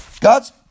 God's